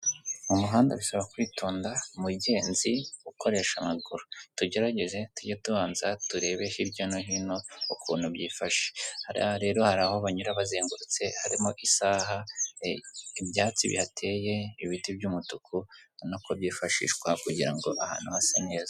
Mu muhanda bisaba kwitonda, mugenzi ukoresha amaguru, tugerageze tujye tubanza turebe hirya no hino ukuntu byifashe, hariya rero hari aho banyura bazengurutse, harimo isaha, ibyatsi bihateye, ibiti by'umutuku, no kubyifashishwa kugira ahantu hase neza.